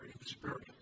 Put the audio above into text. experience